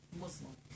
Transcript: Muslim